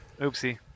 Oopsie